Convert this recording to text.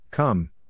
Come